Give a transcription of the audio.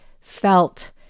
felt